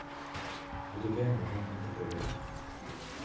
গতিকে ৰন্ধা কামটো কেৱল